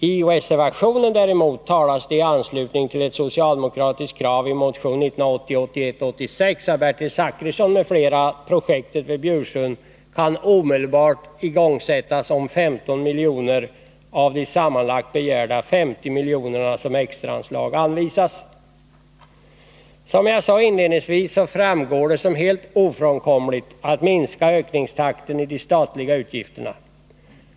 I reservationen däremot talas det i anslutning till ett socialdemokratiskt krav i motion 1980/81:86 av Bertil Zachrisson m.fl. om att projektet vid Bjursund kan igångsättas omedelbart, om 15 miljoner av de sammanlagt begärda 50 miljonerna anvisas som extraanslag. Som jag sade inledningsvis framstår det som helt ofrånkomligt att minska ökningstakten i de statliga utgifterna.